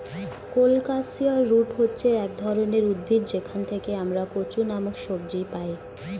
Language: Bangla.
কোলোকাসিয়া রুট হচ্ছে এক ধরনের উদ্ভিদ যেখান থেকে আমরা কচু নামক সবজি পাই